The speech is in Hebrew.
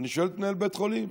ואני שואל את מנהל בית החולים,